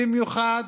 במיוחד